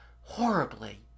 horribly